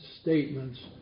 statements